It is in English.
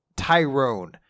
tyrone